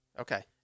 Okay